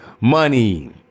money